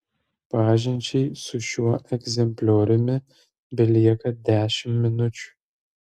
pažinčiai su šiuo egzemplioriumi belieka dešimt minučių